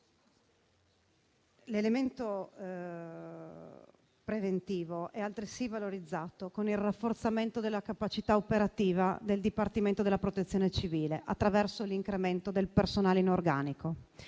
L'elemento preventivo è altresì valorizzato con il rafforzamento della capacità operativa del Dipartimento della protezione civile attraverso l'incremento del personale in organico.